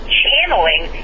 channeling